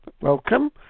Welcome